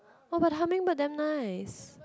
!wah! but hummingbird damn nice